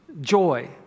Joy